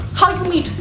how you meet?